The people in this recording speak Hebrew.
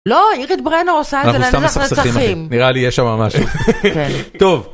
‫לא, אירית ברנר עושה את זה, ‫-אנחנו סתם מסכסכים אחי. ‫-נראה לי יש שם משהו. ‫-כן. -טוב